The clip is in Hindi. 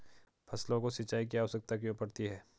फसलों को सिंचाई की आवश्यकता क्यों पड़ती है?